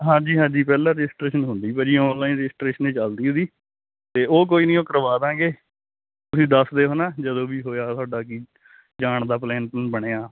ਹਾਂਜੀ ਹਾਂਜੀ ਪਹਿਲਾ ਰਜਿਸਟਰੇਸ਼ਨ ਹੁੰਦੀ ਭਾਅ ਜੀ ਵਧੀਆ ਆਨਲਾਈਨ ਰਜਿਸਟਰੇਸ਼ਨ ਚੱਲਦੀ ਉਹਦੀ ਤੇ ਉਹ ਕੋਈ ਨਹੀਂ ਉਹ ਕਰਵਾ ਦਾਂਗੇ ਤੁਸੀਂ ਦੱਸਦੇ ਹੋਨਾ ਜਦੋਂ ਵੀ ਹੋਇਆ ਤੁਹਾਡਾ ਕੀ ਜਾਣ ਦਾ ਪਲੈਨ ਬਣਿਆ